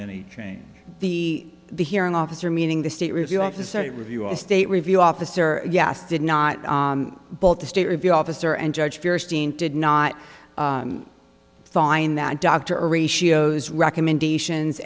any the the hearing officer meaning the state review officer review a state review officer yes did not both the state review officer and judge did not find that dr ratios recommendations